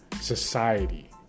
society